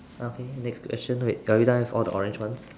okay next question wait are we done with all the orange ones